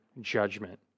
judgment